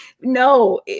no